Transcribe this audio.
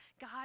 God